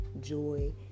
joy